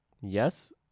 Yes